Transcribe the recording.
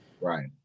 Right